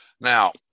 Now